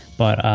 but,